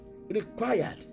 required